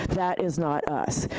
that is not us.